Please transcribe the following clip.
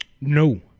No